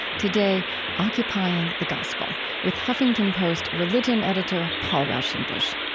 today occupying the gospel with huffington post religion editor paul raushenbush.